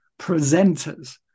presenters